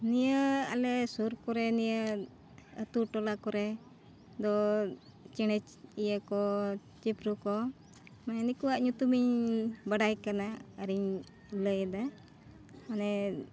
ᱱᱤᱭᱟᱹ ᱟᱞᱮ ᱥᱩᱨ ᱠᱚᱨᱮ ᱱᱤᱭᱟᱹ ᱟᱛᱳᱼᱴᱚᱞᱟ ᱠᱚᱨᱮ ᱫᱚ ᱪᱮᱬᱮ ᱤᱭᱟᱹ ᱠᱚ ᱪᱤᱯᱨᱩ ᱠᱚ ᱢᱟᱱᱮ ᱱᱩᱠᱩᱣᱟᱜ ᱧᱩᱛᱩᱢᱤᱧ ᱵᱟᱰᱟᱭ ᱠᱟᱱᱟ ᱟᱨᱤᱧ ᱞᱟᱹᱭᱮᱫᱟ ᱢᱟᱱᱮ